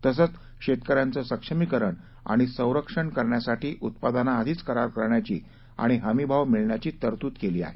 तसंच शेतकऱ्याचं सक्षमीकरण आणि संरक्षण करण्यासाठी उत्पादनाआधीच करार करण्याची आणि हमीभाव मिळण्याची तरतूद केली आहे